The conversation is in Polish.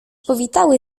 powitały